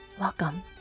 Welcome